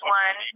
one